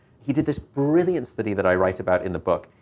he did this brilliant study that i write about in the book.